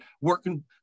working